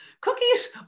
Cookies